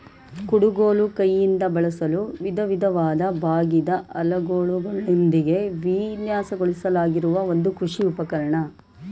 ಕುಡುಗೋಲು ಕೈಯಿಂದ ಬಳಸಲು ವಿಧವಿಧವಾದ ಬಾಗಿದ ಅಲಗುಗಳೊಂದಿಗೆ ವಿನ್ಯಾಸಗೊಳಿಸಲಾಗಿರುವ ಒಂದು ಕೃಷಿ ಉಪಕರಣ